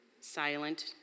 silent